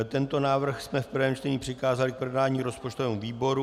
Tento návrh jsme v prvém čtení přikázali k projednání rozpočtovému výboru.